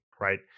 right